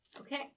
Okay